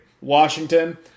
Washington